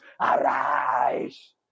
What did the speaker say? arise